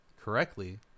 correctly